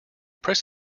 press